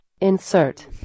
Insert